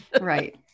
Right